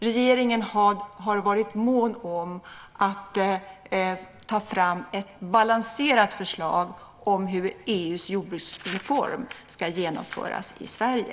Regeringen har varit mån om att ta fram ett balanserat förslag om hur EU:s jordbruksreform ska genomföras i Sverige.